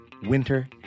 winter